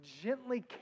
gently